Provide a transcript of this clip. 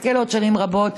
שיזכה לעוד שנים רבות.